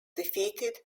defeated